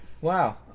Wow